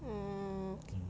mm